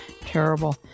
terrible